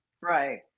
Right